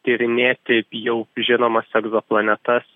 tyrinėti jau žinomas erzoplanetas